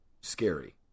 scary